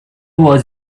was